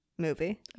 Movie